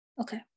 okay